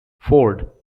ford